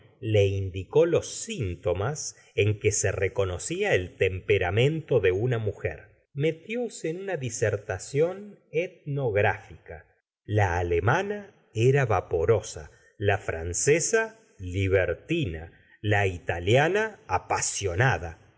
le indicó los síntomas en que se reconocía el temperamento de una mujer jetióse en una disertación etnográfica la alemana era vaporosa la francesa libertina la italiana apasionada y